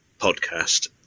podcast